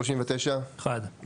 הצבעה בעד,